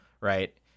right